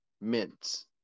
mints